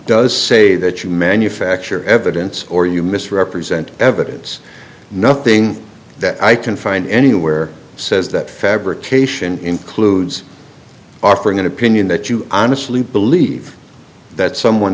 does say that you manufacture evidence or you misrepresent evidence nothing that i can find anywhere says that fabrication includes offering an opinion that you honestly believe that someone